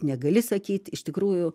negali sakyt iš tikrųjų